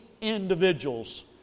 individuals